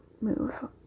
move